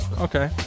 okay